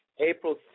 April